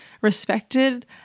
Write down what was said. respected